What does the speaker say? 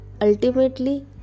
ultimately